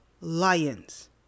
lions